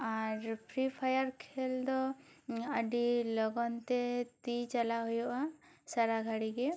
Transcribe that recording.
ᱟᱨ free fire ᱠᱷᱮᱞ ᱫᱚ ᱟᱹᱰᱤ ᱞᱚᱜᱚᱱ ᱛᱮ ᱛᱤ ᱪᱟᱞᱟᱣ ᱦᱩᱭᱩᱜᱼᱟ ᱥᱟᱨᱟ ᱜᱷᱟᱹᱲᱤᱡ ᱜᱮ